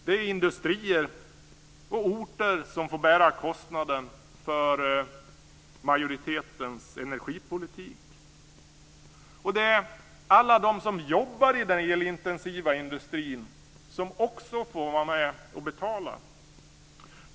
Det är industrier och orter som får bära kostnaden för majoritetens energipolitik. Alla de som jobbar i den elintensiva industrin får också vara med och betala.